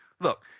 Look